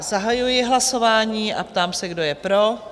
Zahajuji hlasování a ptám se, kdo je pro?